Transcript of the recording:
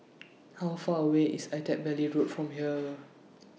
How Far away IS Attap Valley Road from here